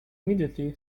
immediately